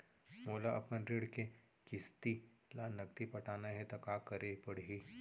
मोला अपन ऋण के किसती ला नगदी पटाना हे ता का करे पड़ही?